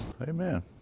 Amen